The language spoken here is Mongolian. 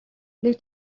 нэг